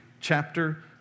chapter